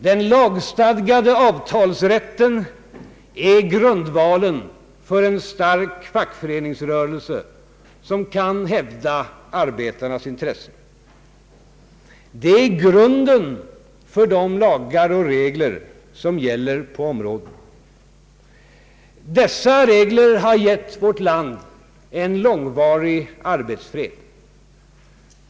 Den lagstadgade avtalsrätten är grundvalen för en stark fackföreningsrörelse som kan hävda arbetarnas intressen. Den är grunden för de lagar och regler som gäller på området. Dessa regler har gett vårt land en långvarig arbetsfred.